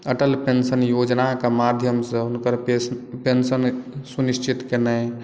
Atal pension योजनाक माध्यमसँ हुनकर पेंशन सुनिश्चित केनाइ